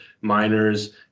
miners